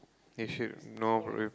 you should know probably